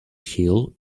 hill